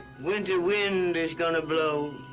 winter wind is gonna blow.